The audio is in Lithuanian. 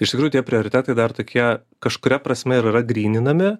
iš tikrųjų tie prioritetai dar tokie kažkuria prasme ir yra gryninami